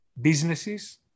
businesses